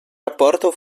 rapporto